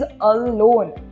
alone